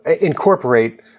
incorporate